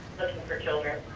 for children.